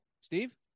Steve